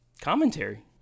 commentary